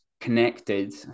connected